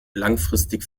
langfristig